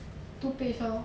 two page lor